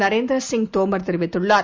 நரேந்தர்சிங்தோமர்தெரிவித்துள்ளார்